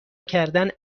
کردن